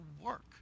work